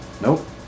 Nope